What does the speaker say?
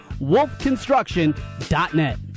wolfconstruction.net